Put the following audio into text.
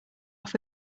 off